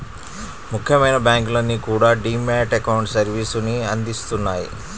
ముఖ్యమైన బ్యాంకులన్నీ కూడా డీ మ్యాట్ అకౌంట్ సర్వీసుని అందిత్తన్నాయి